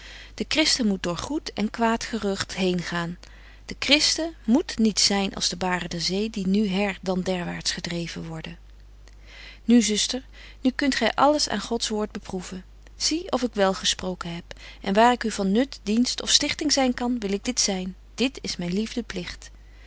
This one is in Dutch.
de christen moet door goed en kwaad gerugt betje wolff en aagje deken historie van mejuffrouw sara burgerhart heen gaan de christen moet niet zyn als de baren der zee die nu her dan derwaards gedreven worden nu zuster nu kunt gy alles aan gods woord beproeven zie of ik wel gesproken heb en waar ik u van nut dienst of stichting zyn kan wil ik dit zyn dit is myn liefde pligt